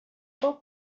four